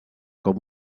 com